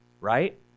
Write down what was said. Right